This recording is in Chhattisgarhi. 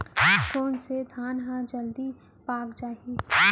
कोन से धान ह जलदी पाक जाही?